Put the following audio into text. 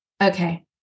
Okay